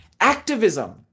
Activism